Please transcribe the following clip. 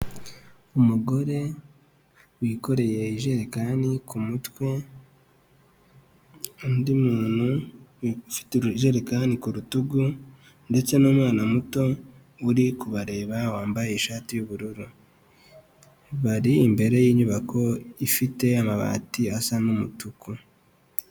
Umugore wikoreye ijerekani ku mutwe, undi muntu ufite urujerekani ku rutugu, ndetse n'umwana muto uri kubareba, wambaye ishati y'ubururu, bari imbere y'inyubako ifite amabati asa n'umutuku.